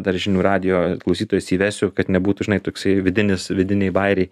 dar žinių radijo klausytojus įvesiu kad nebūtų žinai toksai vidinis vidiniai bairiai